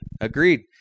Agreed